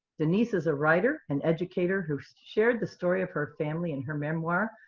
denise is a writer, an educator who shared the story of her family in her memoir,